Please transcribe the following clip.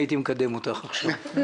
הייתי מקדם אותך עכשיו.....